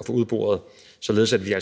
at få udboret, således at vi